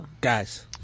Guys